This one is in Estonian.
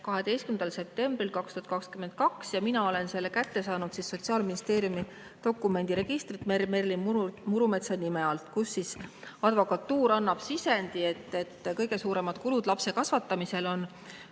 12. septembril 2022 ja mina olen selle kätte saanud Sotsiaalministeeriumi dokumendiregistrist Merlin Murumetsa nime alt, kus advokatuur annab sisendi, et kõige suuremad kulud lapse kasvatamisel on